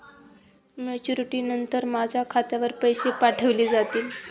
Maturity नंतर माझ्या खात्यावर पैसे पाठविले जातील?